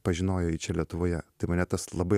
pažinojo jį čia lietuvoje tai mane tas labai